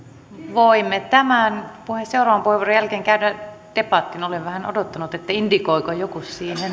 voimme seuraavan puheenvuoron jälkeen käydä debatin olen vähän odottanut indikoiko joku